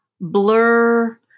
blur